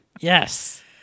Yes